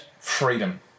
freedom